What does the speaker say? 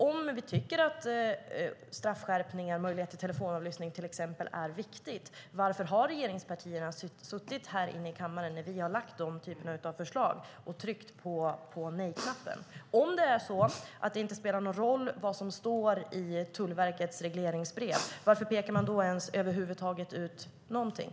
Om vi tycker att straffskärpningar och möjligheter till telefonavlyssning till exempel är viktigt undrar jag: Varför har regeringspartierna suttit här inne i kammaren när vi har lagt fram den typen av förslag och tryckt på nejknappen? Om det inte spelar någon roll vad som står i Tullverkets regleringsbrev undrar jag: Varför pekar man över huvud taget ut någonting?